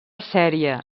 sèrie